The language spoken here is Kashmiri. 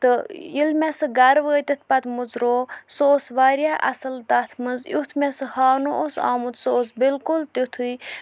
تہٕ ییٚلہِ مےٚ سہ گَرٕ وٲتِتھ پَتہٕ مٕژروو سُہ اوس واریاہ اَصٕل تَتھ منٛز یُتھ مےٚ سُہ ہاونہٕ اوس آمُت سُہ اوس بلکل تیُتھُے